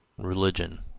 religion,